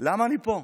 למה אני פה.